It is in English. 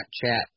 Chat